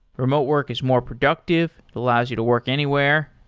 remote work is more productive, allows you to work anywhere,